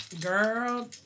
Girl